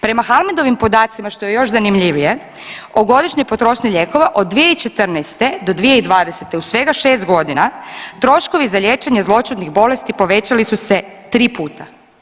Prema HALMED-ovim podacima što je još zanimljivije o godišnjoj lijekova od 2014. do 2020. u svega 6 godina troškovi za liječenje zloćudnih bolesti povećali su se 3 puta.